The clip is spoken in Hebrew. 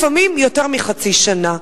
לפעמים יותר מחצי שנה.